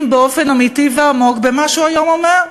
באופן אמיתי ועמוק במה שהוא היום אומר,